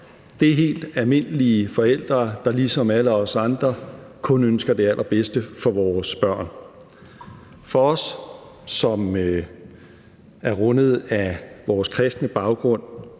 Det er helt almindelige forældre, der ligesom alle os andre kun ønsker det allerbedste for deres børn. For os, som er rundet af vores kristne baggrund